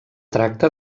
tracta